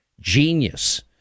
genius